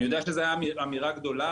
אני יודע שזו אמירה גדולה,